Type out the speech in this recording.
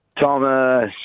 Thomas